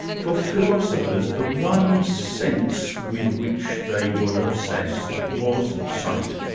for philosophers, the one sense with which they were obsessed, was sight.